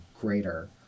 greater